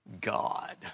God